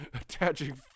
Attaching